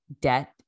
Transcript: debt